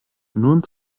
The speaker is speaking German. nun